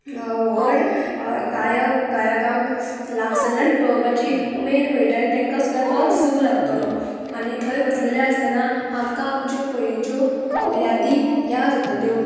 व्हड गायक गायकांक लागसल्यान पळोवपाची उमेद मेयटा तेंकां सुद्दां तोच सूख लागतलो आनी थंय बसलेले आसतना आमकां आमच्यो पयलींच्यो यादी याद जातल्यो